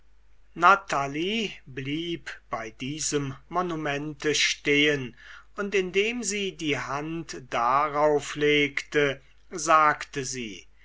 natalie blieb bei diesem monumente stehen und indem sie die hand darauf legte sagte sie